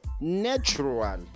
natural